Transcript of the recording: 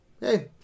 hey